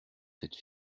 cette